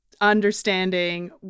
understanding